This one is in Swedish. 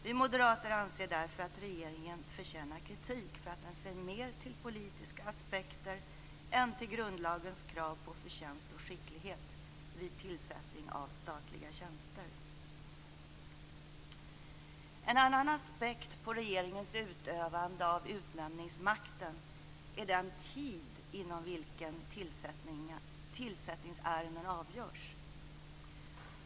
Vi moderater anser därför att regeringen förtjänar kritik för att den ser mer till politiska aspekter än till grundlagens krav på förtjänst och skicklighet vid tillsättningen av statliga tjänster. En annan aspekt på regeringens utövande av utnämningsmakten är den tid inom vilken tillsättningsärenden avgörs.